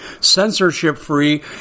censorship-free